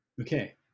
Okay